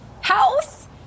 house